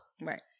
Right